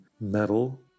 metal